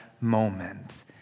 moment